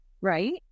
Right